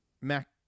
Mac